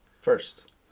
first